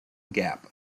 gap